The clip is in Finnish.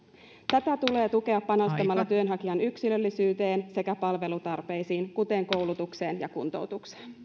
tätä tulee tukea panostamalla työnhakijan yksilöllisyyteen sekä palvelutarpeisiin kuten koulutukseen ja kuntoutukseen